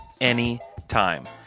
anytime